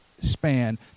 span